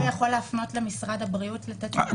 הוא לא יכול להפנות למשרד הבריאות לתת מענה?